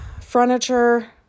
Furniture